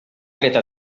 dreta